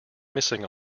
missing